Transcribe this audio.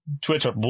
twitter